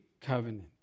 covenant